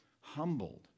humbled